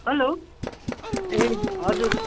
hello ए हजुर